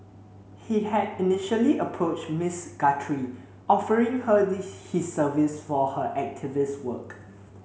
he had initially approached Miss Guthrie offering her his services for her activist work